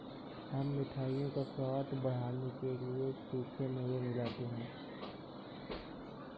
हम मिठाइयों का स्वाद बढ़ाने के लिए सूखे मेवे मिलाते हैं